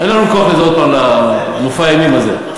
אין לנו כוח לזה עוד פעם, למופע האימים הזה.